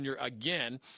again